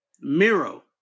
Miro